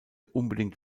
unbedingt